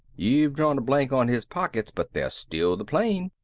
you've drawn a blank on his pockets but there's still the plane.